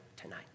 tonight